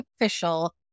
official